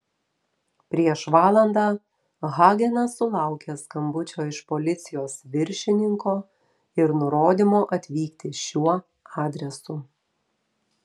prieš valandą hagenas sulaukė skambučio iš policijos viršininko ir nurodymo atvykti šiuo adresu